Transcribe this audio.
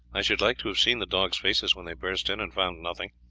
i should like to have seen the dogs' faces when they burst in and found nothing.